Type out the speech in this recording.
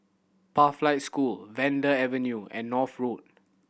Pathlight School Vanda Avenue and North Road